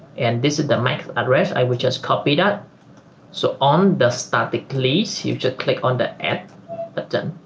and this is the mac address i will just copy that so on the static please you just click on the add button